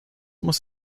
muss